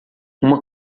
uma